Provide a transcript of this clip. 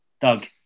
Doug